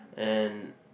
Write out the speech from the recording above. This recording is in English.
and